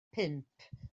pump